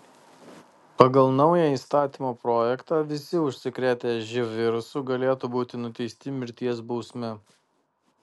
pagal naują įstatymo projektą visi užsikrėtę živ virusu galėtų būti nuteisti mirties bausme